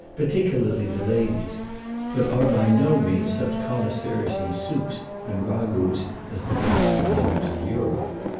particularly the ladies but are by no means such connoisseurs in soups and ragouts as the gastronomes of europe.